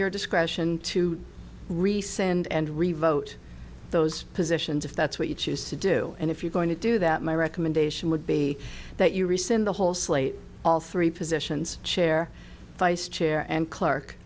your discretion to rescind and revote those positions if that's what you choose to do and if you're going to do that my recommendation would be that you rescind the whole slate all three positions chair vice chair and clark